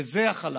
וזה החל"ת.